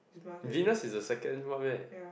Venus is the second one meh